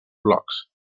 blocs